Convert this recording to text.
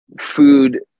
food